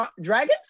Dragons